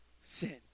sin